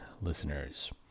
listeners